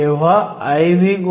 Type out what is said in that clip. तर आता समस्या 4 कडे जाऊ या